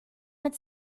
mit